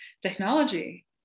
technology